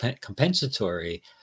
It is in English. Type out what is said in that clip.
compensatory